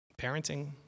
parenting